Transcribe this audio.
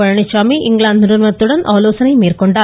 Palaniswami England நிறுவனத்துடன் ஆலோசனை மேற்கொண்டார்